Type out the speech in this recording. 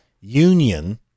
Union